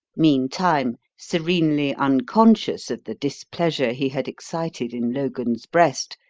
meantime, serenely unconscious of the displeasure he had excited in logan's breast,